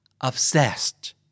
obsessed